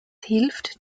hilft